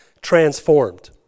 transformed